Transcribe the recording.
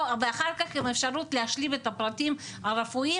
או ואחר כך עם אפשרות להשלים את הפרטים הרפואיים